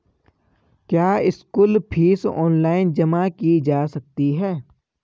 क्या school fees online जमा की जा सकती है?